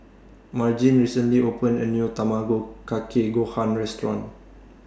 Margene recently opened A New Tamago Kake Gohan Restaurant